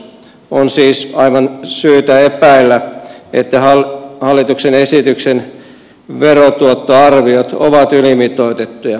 on siis aivan syytä epäillä että hallituksen esityksen verotuottoarviot ovat ylimitoitettuja